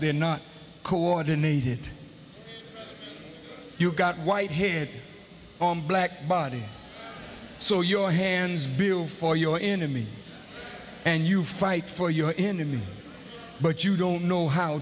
they're not coordinated you've got white head on black body so your hands bill for your enemy and you fight for your enemy but you don't know how